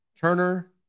Turner